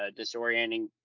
disorienting